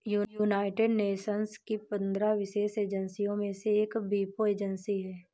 United Nations की पंद्रह विशेष एजेंसियों में से एक वीपो एजेंसी है